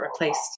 replaced